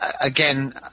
Again